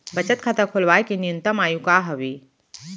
बचत खाता खोलवाय के न्यूनतम आयु का हवे?